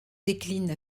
déclinent